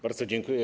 Bardzo dziękuję.